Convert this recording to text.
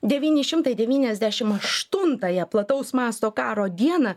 devyni šimtai devyniasdešim aštuntąją plataus masto karo dieną